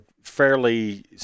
fairly